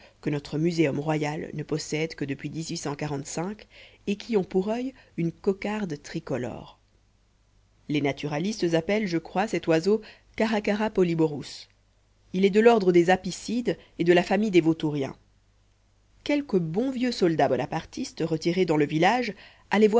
que notre muséum royal ne possède que depuis